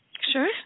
Sure